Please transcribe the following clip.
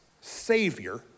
Savior